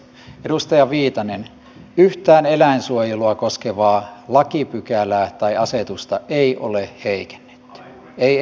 edustaja viitanen yhtään eläinsuojelua koskevaa lakipykälää tai asetusta ei ole heikennetty ei ensimmäistäkään